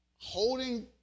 holding